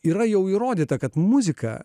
yra jau įrodyta kad muzika